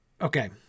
Okay